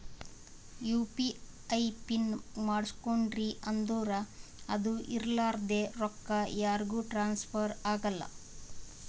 you P I pin ಮಾಡುಸ್ಕೊಂಡ್ರಿ ಅಂದುರ್ ಅದು ಇರ್ಲಾರ್ದೆ ರೊಕ್ಕಾ ಯಾರಿಗೂ ಟ್ರಾನ್ಸ್ಫರ್ ಆಗಲ್ಲಾ